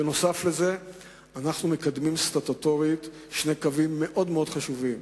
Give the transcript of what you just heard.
בנוסף אנחנו מקדמים סטטוטורית שני קווים מאוד מאוד חשובים,